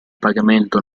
pagamento